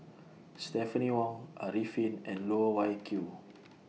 Stephanie Wong Arifin and Loh Wai Kiew